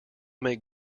make